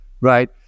right